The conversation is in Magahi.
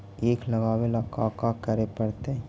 ईख लगावे ला का का करे पड़तैई?